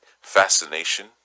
fascination